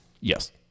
Yes